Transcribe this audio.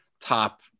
top